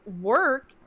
work